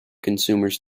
consumers